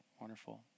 wonderful